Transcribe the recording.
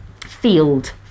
field